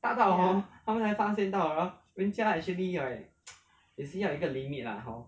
ya